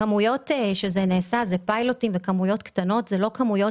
מדובר שם בכמויות קטנות, לא בכמויות